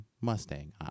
Mustang